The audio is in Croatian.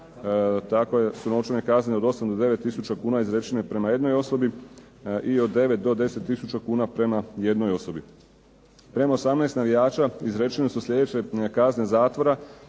takve su novčane kazne od 8 do 9 tisuća kuna izrečene prema jednoj osobi, i od 9 do 10 tisuća kuna prema jednoj osobi. Prema 18 navijača izrečene su sljedeće kazne zatvora